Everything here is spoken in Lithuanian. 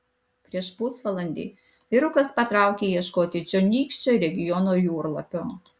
prieš pusvalandį vyrukas patraukė ieškoti čionykščio regiono jūrlapio